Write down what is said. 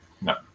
No